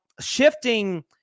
shifting